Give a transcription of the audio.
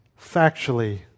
factually